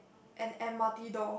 an M_R_T door